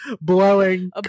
blowing